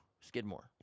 Skidmore